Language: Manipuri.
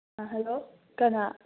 ꯍꯜꯂꯣ ꯀꯅꯥ